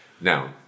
Now